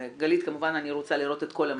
גלית, כמובן אני רוצה לראות את כל המצגת,